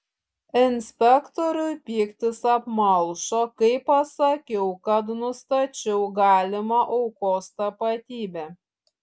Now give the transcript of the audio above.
inspektoriui pyktis apmalšo kai pasakiau kad nustačiau galimą aukos tapatybę